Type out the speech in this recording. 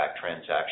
transaction